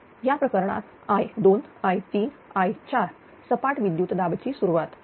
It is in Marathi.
तर या प्रकरणात i2i3i4सपाट विद्युत दाब ची सुरुवात